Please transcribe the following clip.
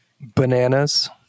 Bananas